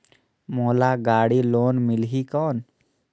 मोला गाड़ी लोन मिलही कौन?